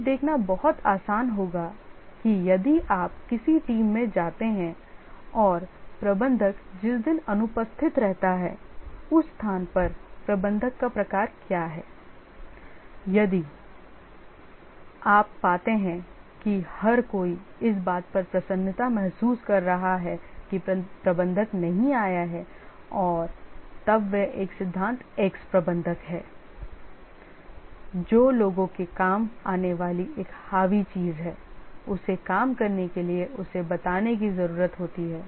यह देखना बहुत आसान होगा कि यदि आप किसी टीम में जाते हैं और प्रबंधक जिस दिन अनुपस्थिति रहता है उस स्थान पर प्रबंधक का प्रकार क्या है यदि आप पाते हैं कि हर कोई इस बात पर प्रसन्नता महसूस कर रहा है कि प्रबंधक नहीं आया है और तब वह एक सिद्धांत X प्रबंधक है जो लोगों के काम आने वाली एक हावी चीज़ है उसे काम करने के लिए उसे बताने की ज़रूरत होती है